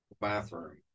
bathroom